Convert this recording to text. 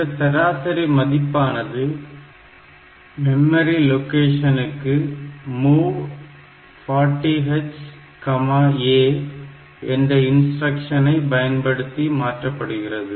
இந்த சராசரி மதிப்பானது மெமரி லொகேஷனுக்கு MOV 40h A என்ற இன்ஸ்டிரக்ஷன் ஐ பயன்படுத்தி மாற்றப்படுகிறது